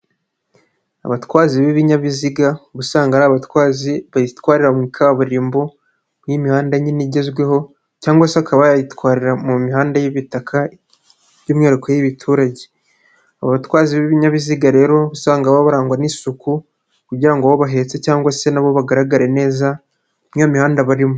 Abatwaza b'ibinyabiziga usanga ari abatwazi bitwarira muri kaburimbo y'imihanda nini igezweho cyangwase akaba yayitwarira mu mihanda y'ibitaka by'umwihariko y'ibiturage. Abatwazi b'ibinyabiziga rero usanga baba barangwa n'isuku kugirango abo babahetse cyangwase nabo bagaragare neza muri yo mihanda barimo.